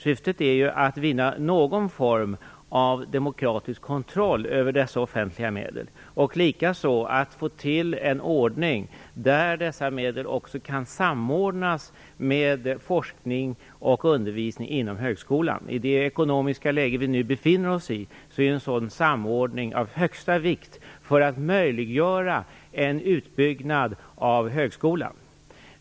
Syftet är att vinna någon form av demokratisk kontroll över dessa offentliga medel, och likaså att få till stånd en ordning där dessa medel också kan samordnas med forskning och undervisning inom högskolan. I det ekonomiska läge vi nu befinner oss i är en sådan samordning av högsta vikt, för att möjliggöra en utbyggnad av högskolan.